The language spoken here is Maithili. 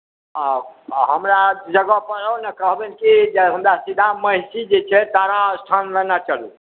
आ हमरा जगहपर आउ ने कहबनि कि जे हमरा सीधा महिषी जे छै तारा स्थान लेने चलू